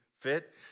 fit